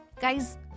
Guys